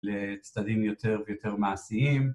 לצדדים יותר ויותר מעשיים